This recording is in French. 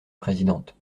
présidente